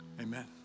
Amen